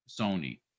Sony